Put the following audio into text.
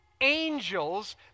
angels